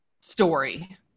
story